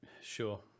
Sure